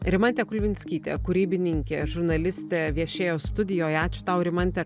rimantė kulvinskytė kūrybininkė žurnalistė viešėjo studijoje ačiū tau rimante